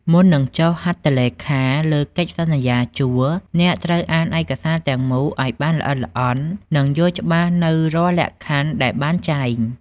មុននឹងចុះហត្ថលេខាលើកិច្ចសន្យាជួល អ្នកត្រូវអានឯកសារទាំងមូលឱ្យបានល្អិតល្អន់ និងយល់ច្បាស់នូវរាល់លក្ខខណ្ឌដែលបានចែង។